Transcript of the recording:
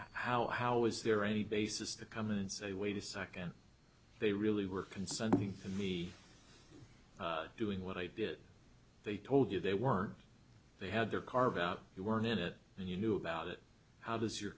how how was there any basis to come in and say wait a second they really were consenting for me doing what i did they told you they were they had their carve out you weren't in it and you knew about it how does your